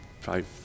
five